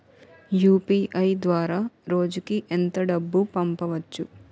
UPI ద్వారా రోజుకి ఎంత డబ్బు పంపవచ్చు?